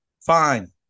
fine